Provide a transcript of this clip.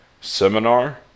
seminar